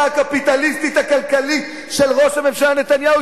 הקפיטליסטית הכלכלית של ראש הממשלה נתניהו,